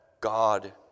God